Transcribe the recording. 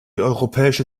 europäische